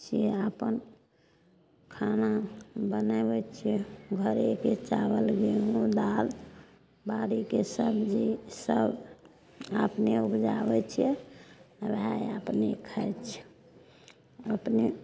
सएह अपन खाना बनबैत छियै घरेके चाबल गेहूँ दालि बाड़ीके सबजी ईसब अपने उपजाबैत छियै ओएह अपने खाइत छियै अपने